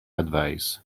advise